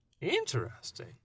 Interesting